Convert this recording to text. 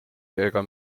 ega